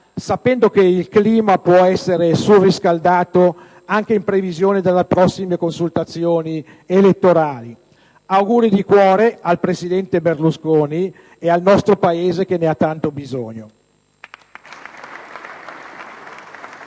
sapendo che il clima può essere surriscaldato anche in previsione delle prossime consultazioni elettorali. Auguri di cuore al presidente Berlusconi e al nostro Paese, che ne ha tanto bisogno.